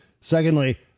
Secondly